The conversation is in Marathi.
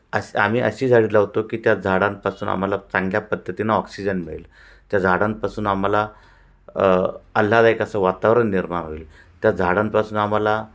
असं आम्ही अशी झाडी लावतो की त्या झाडांपासून आम्हाला चांगल्या पद्धतीनं ऑक्सिजन मिळेल त्या झाडांपासून आम्हाला आल्हाददायक असं वातावरण निर्माण होईल त्या झाडांपासून आम्हाला